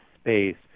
space